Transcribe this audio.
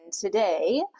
today